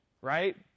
right